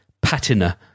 patina